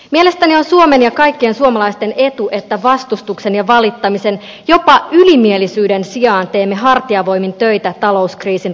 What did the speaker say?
mielestäni on suomen ja kaikkien suomalaisten etu että vastustuksen ja valittamisen jopa ylimielisyyden sijaan teemme hartiavoimin töitä talouskriisin ratkaisemiseksi